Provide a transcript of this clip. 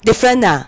the friend ah